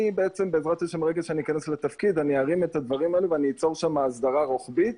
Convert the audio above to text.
בעזרת השם כשאכנס לתפקיד ארים את הדברים האלה ואצור שם הסדרה רוחבית.